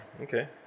okay